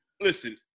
listen